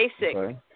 basic